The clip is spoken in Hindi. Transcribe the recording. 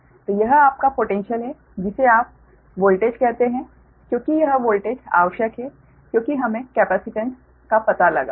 तो यह आपका पोटैन्श्यल है जिसे आप वोल्टेज कहते हैं क्योंकि यह वोल्टेज आवश्यक है क्योंकि हमें कैपेसिटेन्स का पता लगाना है